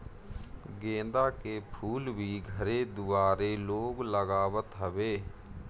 गेंदा के फूल भी घरे दुआरे लोग लगावत हवे